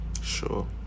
sure